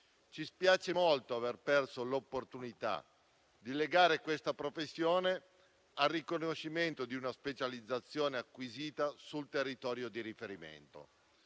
ci spiace molto aver perso l'opportunità di legare questa professione al riconoscimento di una specializzazione acquisita sul territorio di riferimento.